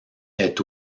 est